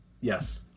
Yes